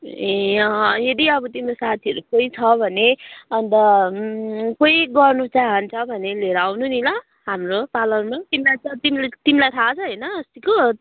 ए अँ यदि अब तिम्रो साथीहरू कोही छ भने अन्त कोही गर्नु चाहन्छ भने लिएर आउनु नि ल हाम्रो पार्लरमा तिमीलाई त तिमीले तिमीलाई थाहा छ होइन अस्तिको